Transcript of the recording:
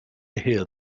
hear